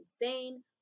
insane